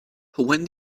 when